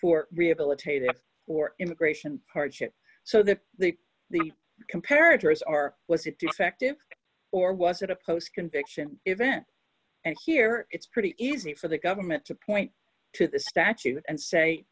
for rehabilitated or immigration hardship so that the the comparatives are was it defective or was it a post conviction event and here it's pretty easy for the government to point to the statute and say